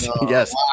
Yes